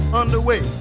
underway